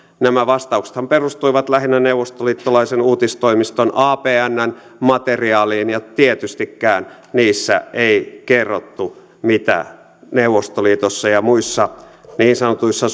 nämä vastauksethan perustuivat lähinnä neuvostoliittolaisen uutistoimiston apnn materiaaliin ja tietystikään niissä ei kerrottu mitä neuvostoliitossa ja muissa niin sanotuissa